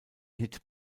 hit